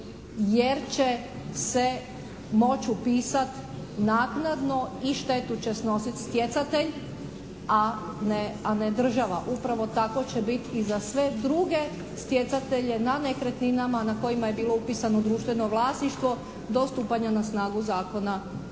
jer će se moći upisati naknadno i štetu će snositi stjecatelj, a ne država. Upravo tako će biti i za sve druge stjecatelje na nekretninama na kojima je bilo upisano društveno vlasništvo do stupanja na snagu Zakona